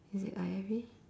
is it I_F_V